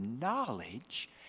knowledge